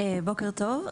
בוקר טוב.